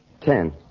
Ten